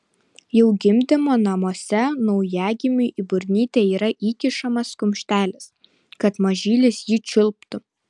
jau gimdymo namuose naujagimiui į burnytę yra įkišamas kumštelis kad mažylis jį čiulptų